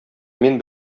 мин